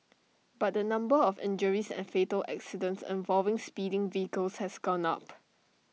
but the number of injuries and fatal accidents involving speeding vehicles has gone up